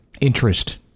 interest